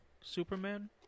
Superman